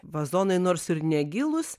vazonai nors ir negilūs